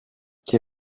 και